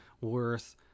worth